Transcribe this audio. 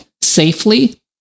safely